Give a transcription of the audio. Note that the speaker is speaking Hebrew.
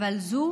אבל זו